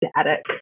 static